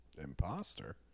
Imposter